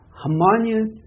harmonious